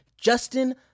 Justin